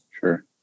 sure